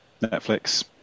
Netflix